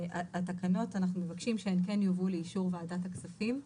אנחנו מבקשים שהתקנות כן יובאו לאישור ועדת הכספים.